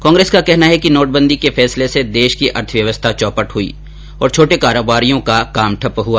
कांग्रेस का कहना है कि नोटबंदी के फैसले से देश की अर्थव्यवस्था चौपट हो गई तथा छोटे कारोबारियों का काम ठप्प हो गया